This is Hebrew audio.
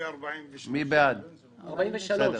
נמנעים אין ההסתייגות של קבוצת סיעת